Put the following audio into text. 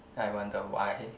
I wonder why